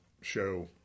show